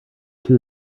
two